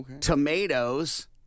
tomatoes